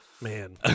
Man